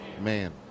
Man